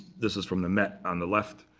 this is from the met on the left,